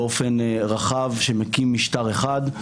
באופן רחב שמקים משטר אחד,